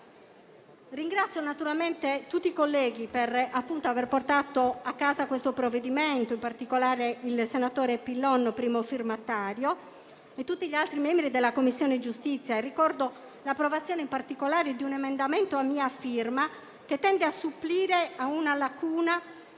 Ringrazio naturalmente tutti i colleghi per aver portato a casa questo provvedimento, in particolare il senatore Pillon, primo firmatario, e tutti gli altri membri della Commissione giustizia. Ricordo in particolare l'approvazione di un emendamento a mia firma, che tende a supplire a una lacuna